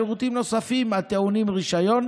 שירותים נוספים הטעונים רישיון,